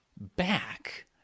back